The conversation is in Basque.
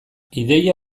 ideia